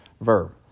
verb